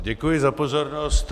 Děkuji za pozornost.